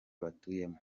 batuyemo